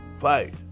fight